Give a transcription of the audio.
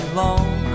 long